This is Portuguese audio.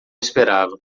esperava